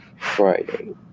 Friday